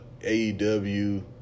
AEW